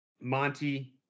Monty